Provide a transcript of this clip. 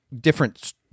different